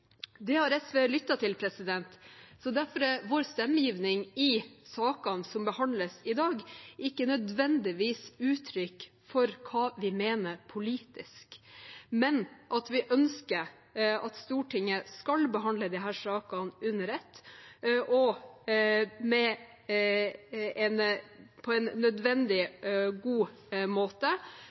Det har SV lyttet til. Derfor er vår stemmegivning i sakene som behandles i dag, ikke nødvendigvis uttrykk for hva vi mener politisk, men for at vi ønsker at Stortinget skal behandle disse sakene under ett og på en nødvendig god måte,